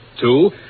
Two